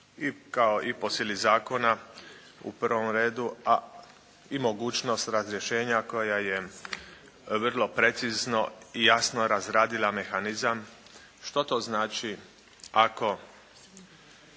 i po sili zakona u prvom redu, a i mogućnost razrješenja koja je vrlo precizno i jasno razradila mehanizam što to znači ako